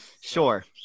sure